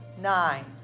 nine